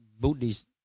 Buddhist